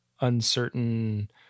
uncertain